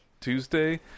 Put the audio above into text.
Tuesday